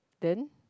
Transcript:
then